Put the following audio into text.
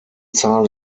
zahl